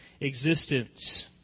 existence